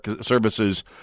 services